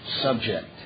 subject